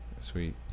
Sweet